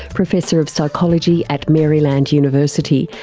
professor of psychology at maryland university,